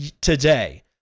today